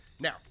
Now